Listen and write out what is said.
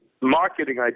marketing